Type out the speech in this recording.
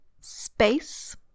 space